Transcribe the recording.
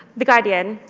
the guardian,